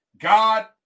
God